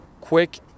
quick